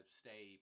stay